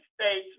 States